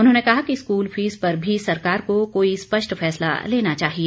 उन्होंने कहा कि स्कूल फीस पर भी सरकार को कोई स्पष्ट फैसला लेना चाहिए